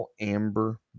Amber